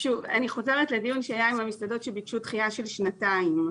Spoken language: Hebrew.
אני חוזרת לדיון היה עם המסעדות שביקשו דחייה של שנתיים.